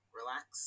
relax